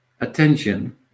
attention